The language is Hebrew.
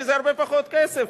כי זה הרבה פחות כסף.